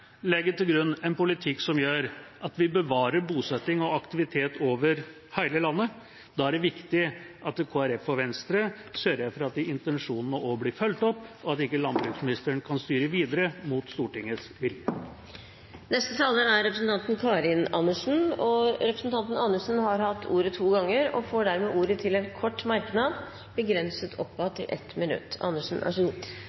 legge til grunn en politikk som gjør at vi bevarer bosetting og aktivitet over hele landet. Da er det viktig at Kristelig Folkeparti og Venstre sørger for at intensjonene også blir fulgt opp, og at ikke landbruksministeren kan styre videre mot Stortingets vilje. Representanten Karin Andersen har hatt ordet to ganger og får ordet til en kort merknad, begrenset